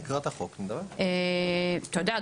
אתה יודע,